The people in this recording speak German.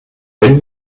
wenn